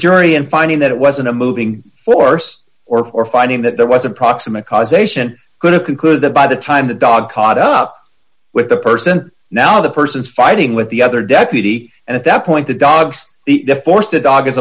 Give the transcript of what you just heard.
jury in finding that it wasn't a moving force or for finding that there was a proximate cause ation could have concluded that by the time the dog caught up with the person now the person's fighting with the other deputy and at that point the dogs the force the dog is